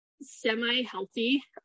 semi-healthy